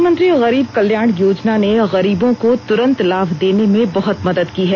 प्रधानमंत्री गरीब कल्याण योजना ने गरीबों को तुरंत लाभ देने में बहत मदद की है